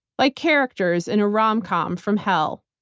like characters in a romcom from hell.